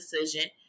decision